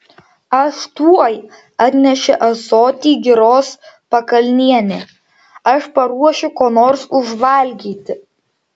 aš tuoj atnešė ąsotį giros pakalnienė aš paruošiu ko nors užvalgyti